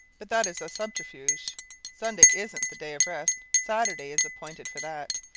but that is a subterfuge sunday isn't the day of rest saturday is appointed for that.